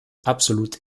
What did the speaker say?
absolut